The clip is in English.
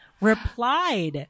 replied